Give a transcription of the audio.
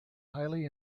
highly